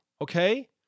okay